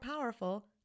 powerful